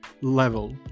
level